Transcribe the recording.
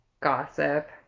Gossip